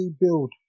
build